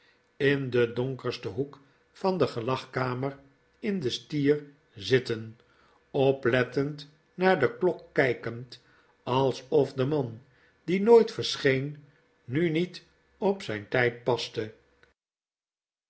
in den donkersten hoek van de gelagkamer in de stier zitten oplettend naar de klok kijkend alsof de man die nooit verscheen nu niet op zijn tijd paste